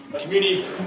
Community